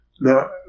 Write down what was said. Now